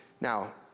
Now